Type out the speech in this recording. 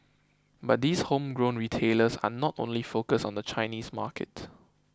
but these homegrown retailers are not only focused on the Chinese market